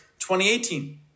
2018